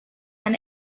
ein